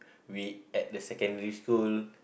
we at the secondary school